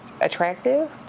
attractive